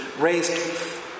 raised